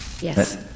Yes